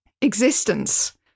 existence